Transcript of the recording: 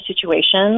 situation